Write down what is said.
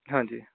ਹਾਂਜੀ